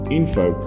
info